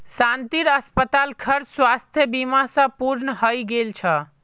शांतिर अस्पताल खर्च स्वास्थ बीमा स पूर्ण हइ गेल छ